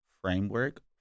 framework